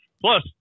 Plus